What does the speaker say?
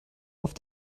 auf